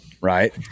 Right